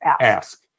ask